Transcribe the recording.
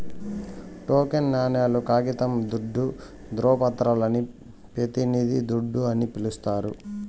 token నాణేలు, కాగితం దుడ్డు, దృవపత్రాలని పెతినిది దుడ్డు అని పిలిస్తారు